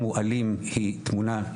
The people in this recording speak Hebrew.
המקום הוא אלים, היא תמונה שגויה.